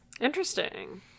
Interesting